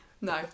No